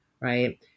right